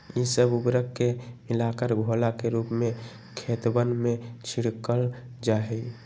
ई सब उर्वरक के मिलाकर घोला के रूप में खेतवन में छिड़कल जाहई